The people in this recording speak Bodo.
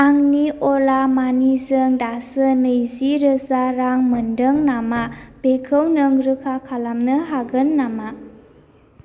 आंनि अला मानिजों दासो नैजि रोजा रां मोनदों नामा बेखौ नों रोखा खालामनो हागोन नामा